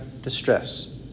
distress